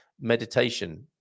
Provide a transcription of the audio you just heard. meditation